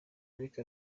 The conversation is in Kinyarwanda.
ariko